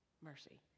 mercy